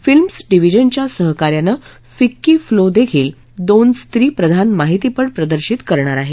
films डिव्हिजनच्या सहकार्यानं FICCI फ्लोदेखिल दोन स्त्रीप्रधान माहितीपट प्रदर्शित करणार आहे